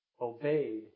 obeyed